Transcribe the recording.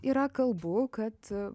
yra kalbų kad